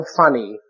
funny